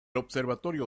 observatorio